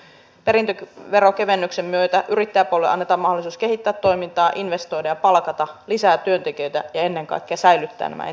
edustaja mäkisalo ropponen kyseli ja muutama muukin näistä kokeiluista ehkä viitaten näihin pitkäaikaistyöttömyyden kuntakokeiluihin ja sitten näihin pilotointeihin ja siihen miten nämä etenevät